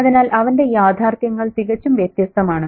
അതിനാൽ അവന്റെ യാഥാർത്ഥ്യങ്ങൾ തികച്ചും വ്യത്യസ്തമാണ്